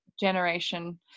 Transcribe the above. generation